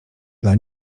dla